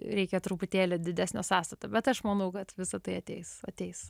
reikia truputėlį didesnio sąstato bet aš manau kad visa tai ateis ateis